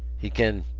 he can.